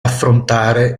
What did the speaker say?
affrontare